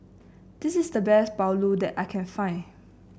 this is the best Pulao that I can find